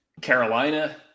Carolina